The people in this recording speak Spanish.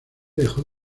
dejó